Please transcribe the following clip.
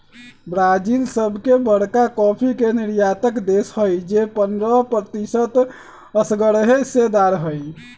Brazil सबसे बरका coffee के निर्यातक देश हई जे पंडह प्रतिशत असगरेहिस्सेदार हई